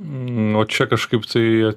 nu o čia kažkaip tai